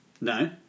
No